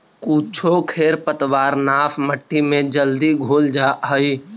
कुछो खेर पतवारनाश मट्टी में जल्दी घुल जा हई